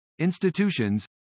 institutions